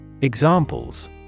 Examples